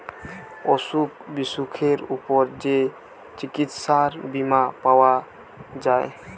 অসুখ বিসুখের উপর যে চিকিৎসার বীমা পাওয়া যায়